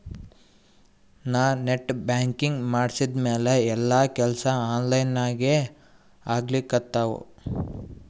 ನಾ net banking ಮಾಡಿದ್ಮ್ಯಾಲ ಎಲ್ಲಾ ಕೆಲ್ಸಾ ಆನ್ಲೈನಾಗೇ ಆಗ್ಲಿಕತ್ತಾವ